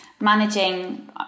managing